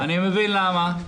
אני מבין למה.